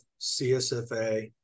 CSFA